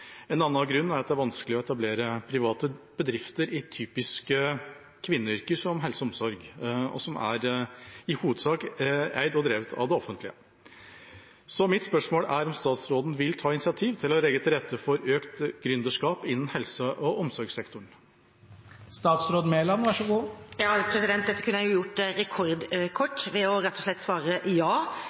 En annen grunn er at det er vanskelig å etablere private bedrifter i typiske kvinneyrker som helse og omsorg. Vil statsråden ta initiativ til å legge til rette for økt gründerskap innen helse- og omsorgssektoren?» Dette kunne jeg gjort rekordkort ved rett og slett å svare: Ja,